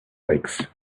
lakes